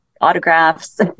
autographs